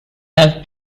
have